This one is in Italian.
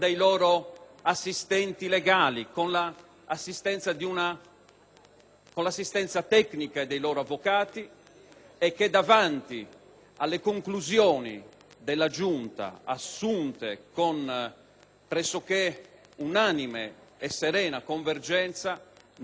con l'assistenza tecnica dei loro avvocati. Davanti alle conclusioni della Giunta, assunte con pressoché unanime e serena convergenza, noi, serenamente ripeto, possiamo ritenere valide